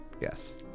Yes